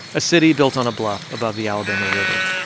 a city built on a bluff above the alabama river.